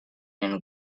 and